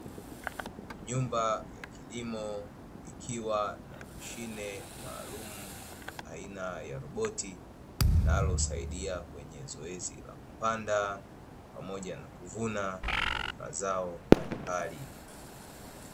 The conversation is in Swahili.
Nyumba ya kilimo ikiwa na mashine maalumu aina ya roboti, linalosaidia kwenye zoezi la kupanda pamoja na kuvuna mazao mbalimbali.